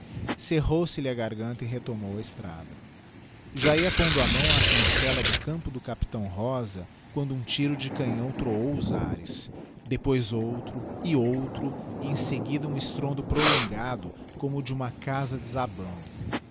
cerrou se lhe a garganta e retomou a estrada já ia pondo a mão á cancella do campo do capitão rosa quando um tiro de canhão troou os ares depois outro e outro e em seguida um estrondo prolongado como o de uma casa desabando